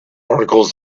articles